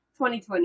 2020